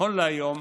נכון להיום,